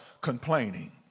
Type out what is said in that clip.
complaining